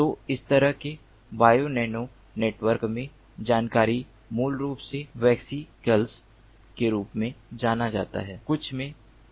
तो इस तरह के बायो नैनो नेटवर्क में जानकारी मूल रूप से वेसिकल्स के रूप में जाना जाता है कुछ में पैक किया जाता है